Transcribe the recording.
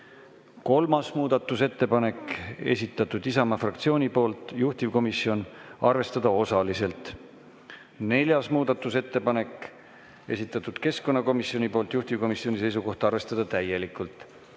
Kolmas muudatusettepanek, esitanud Isamaa fraktsioon, juhtivkomisjon: arvestada osaliselt. Neljas muudatusettepanek, esitanud keskkonnakomisjon, juhtivkomisjoni seisukoht on arvestada täielikult.